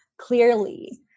clearly